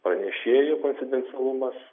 pranešėjų konfidencialumas